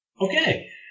Okay